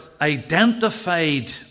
identified